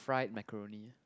fried macaroni